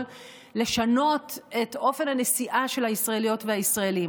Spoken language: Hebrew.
לשנות את אופן הנסיעה של הישראליות והישראלים.